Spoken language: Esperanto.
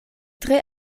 tre